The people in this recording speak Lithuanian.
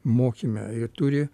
mokyme ir turi